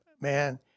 Man